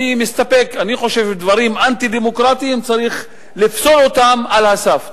אני חושב שדברים אנטי-דמוקרטיים צריך לפסול אותם על הסף.